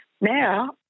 Now